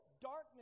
darkness